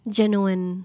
genuine